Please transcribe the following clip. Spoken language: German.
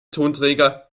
tonträger